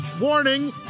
Warning